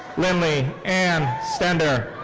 linley ann stender.